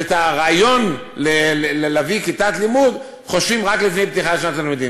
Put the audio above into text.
ועל הרעיון להביא כיתת לימוד חושבים רק לפני פתיחת שנת הלימודים.